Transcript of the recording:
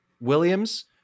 Williams